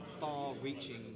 far-reaching